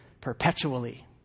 perpetually